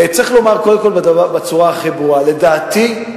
צריך לומר, קודם כול, בצורה הכי ברורה: לדעתי,